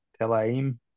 Telaim